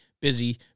busy